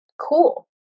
cool